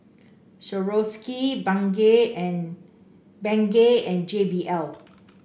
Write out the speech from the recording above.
Swarovski Bengay and Bengay and J B L